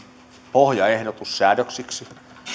pohjaehdotus säädöksiksi